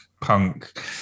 punk